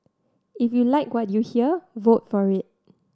if you like what you hear vote for it